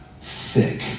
sick